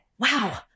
wow